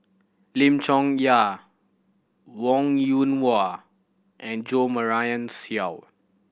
Lim Chong Yah Wong Yoon Wah and Jo Marion Seow